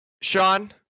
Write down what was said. Sean